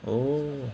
oh